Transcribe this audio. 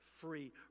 free